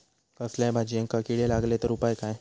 कसल्याय भाजायेंका किडे लागले तर उपाय काय?